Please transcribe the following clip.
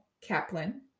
Kaplan